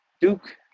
Duke